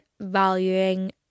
valuing